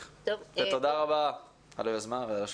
ותודה רבה על היוזמה ועל השותפות.